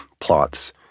plots